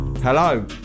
Hello